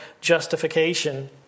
justification